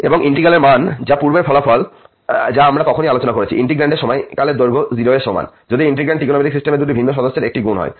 এবং ইন্টিগ্রালের মান যা পূর্বের ফলাফল যা আমরা তখনই আলোচনা করেছি ইন্টিগ্র্যান্ডের সময়কালের দৈর্ঘ্য 0 এর সমান যদি ইন্টিগ্র্যান্ড ত্রিকোণমিতিক সিস্টেমের দুটি ভিন্ন সদস্যের একটি গুণ হয়